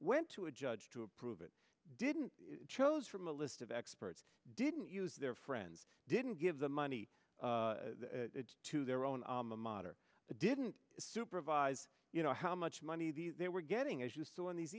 went to a judge to approve it didn't chose from a list of experts didn't use their friends didn't give the money to their own alma mater the didn't supervise you know how much money these they were getting as you saw in these